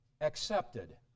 accepted